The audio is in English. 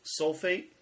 sulfate